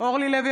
אורלי לוי